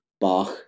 Bach